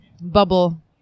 bubble